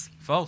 False